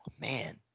man